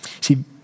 See